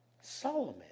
Solomon